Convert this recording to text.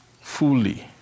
Fully